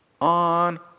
on